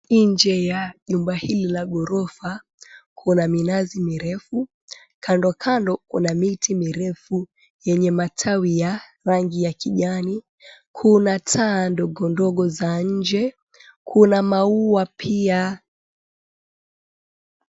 Nje ya nyumba hili la ghorofa kuna minazi mirefu, kandokando kuna miti mirefu yenye matawi ya rangi ya kijani. Kuna taa ndogo ndogo za nje, kuna maua pia.